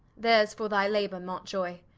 there's for thy labour mountioy.